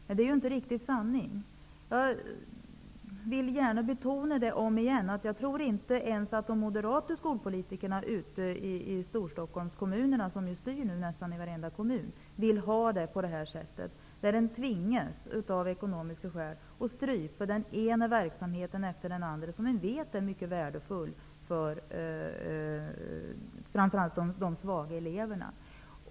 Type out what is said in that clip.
Men det är ju inte riktigt sanning. Jag vill gärna åter betona att jag inte ens tror att de moderata skolpolitikerna som styr ute i nästan varenda Storstockholmskommunerna, vill ha det på det sättet. De tvingas av ekonomiska skäl att strypa den ena verksamheten efter den andra, även om de vet att de är mycket värdefulla för framför allt de svaga eleverna.